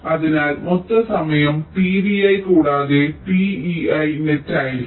അതിനാൽ മൊത്തം സമയം t vi കൂടാതെ t ei റൈറ്റ് ആയിരിക്കും